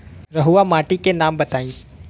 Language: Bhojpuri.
रहुआ माटी के नाम बताई?